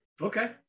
Okay